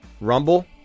Rumble